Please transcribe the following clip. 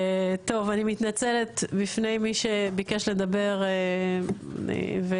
טוב, אני מתנצלת בפני מי שביקש לדבר ולא